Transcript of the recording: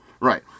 right